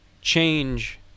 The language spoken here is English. change